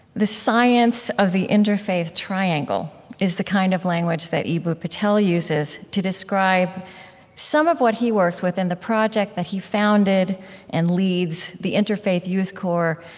the science of the interfaith triangle is the kind of language that eboo patel uses to describe some of what he works with and the project that he founded and leads, the interfaith youth core,